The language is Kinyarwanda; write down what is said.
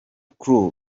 crew